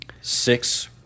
six